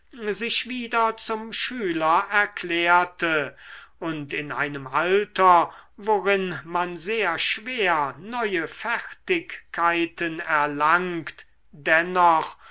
sich wieder zum schüler erklärte und in einem alter worin man sehr schwer neue fertigkeiten erlangt dennoch